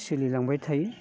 सोलिलांबाय थायो